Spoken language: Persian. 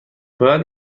باید